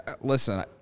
Listen